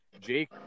Jake